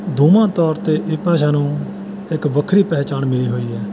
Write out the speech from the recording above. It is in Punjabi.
ਦੋਵਾਂ ਤੌਰ 'ਤੇ ਇਹ ਭਾਸ਼ਾ ਨੂੰ ਇੱਕ ਵੱਖਰੀ ਪਹਿਚਾਣ ਮਿਲੀ ਹੋਈ ਹੈ